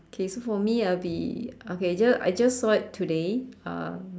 okay so for me I'll be okay I just I just saw it today um